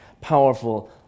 powerful